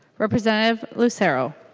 representative lucero